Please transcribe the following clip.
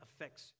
affects